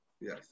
Yes